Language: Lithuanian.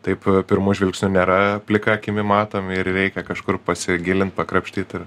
taip pirmu žvilgsniu nėra plika akimi matomi ir reikia kažkur pasigilint pakrapštyt ir